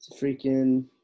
freaking